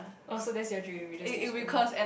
also that's your dream we just keep spang